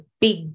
big